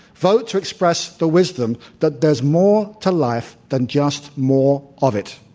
vote toexpress the wisdom that there's more to life than just more of it.